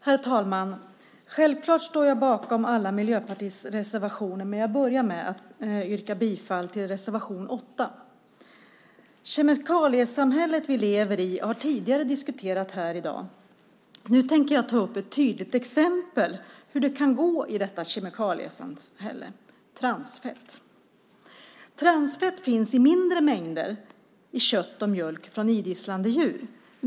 Herr talman! Självklart står jag bakom alla Miljöpartiets reservationer, men jag yrkar bifall till reservation 8. Det kemikaliesamhälle vi lever i har diskuterats här tidigare i dag. Nu tänker jag ta upp ett tydligt exempel på hur det kan gå i detta kemikaliesamhälle. Det handlar om transfett. Transfett finns i mindre mängder i kött och mjölk från idisslande djur.